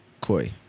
Koi